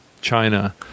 China